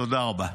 תודה רבה.